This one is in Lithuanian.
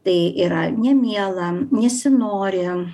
tai yra nemiela nesinori